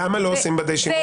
למה לא עושים די שימוש?